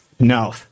No